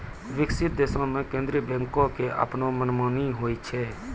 विकसित देशो मे केन्द्रीय बैंको के अपनो मनमानी होय छै